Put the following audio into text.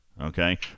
Okay